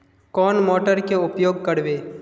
कौन मोटर के उपयोग करवे?